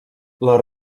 les